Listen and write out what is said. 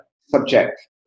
subject